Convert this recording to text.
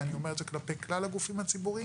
ואני אומר את זה כלפי כלל הגופים הציבוריים,